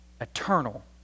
eternal